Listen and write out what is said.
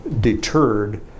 deterred